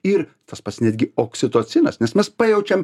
ir tas pats netgi oksitocinas nes mes pajaučiam